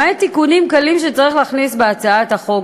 למעט תיקונים קלים שצריך להכניס בהצעת החוק,